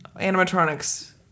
animatronics